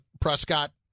prescott